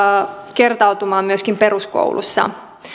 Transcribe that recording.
kertautumaan myöskin peruskoulussa